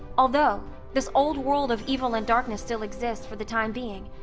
although this old world of evil and darkness still exists for the time being,